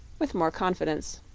with more confidence